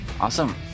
Awesome